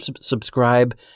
subscribe